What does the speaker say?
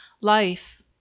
life